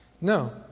No